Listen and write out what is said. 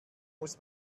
muss